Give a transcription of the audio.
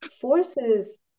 forces